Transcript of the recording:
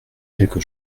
quelque